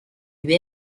lui